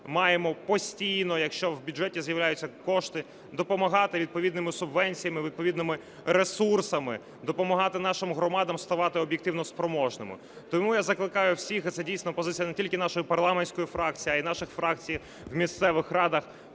маємо постійно, якщо в бюджеті з'являються кошти, допомагати відповідними субвенціями і відповідними ресурсами допомагати нашим громадам ставати об'єктивно спроможними. Тому я закликаю всіх, і це дійсно позиція не тільки нашої парламентської фракції, а й наших фракцій в місцевих радах,